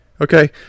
Okay